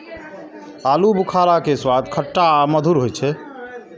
आलू बुखारा के स्वाद खट्टा आ मधुर होइ छै